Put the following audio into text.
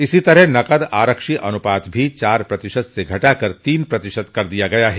इसी तरह नकद आरक्षी अन्पात भी चार प्रतिशत से घटा कर तीन प्रतिशत कर दिया गया है